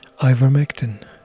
ivermectin